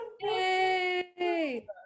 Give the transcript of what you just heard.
Yay